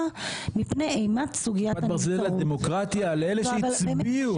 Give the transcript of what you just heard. מפני אימת סוגיית --- דמוקרטיה לאלה שהצביעו.